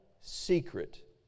secret